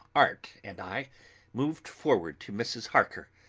art, and i moved forward to mrs. harker,